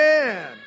Man